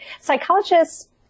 psychologists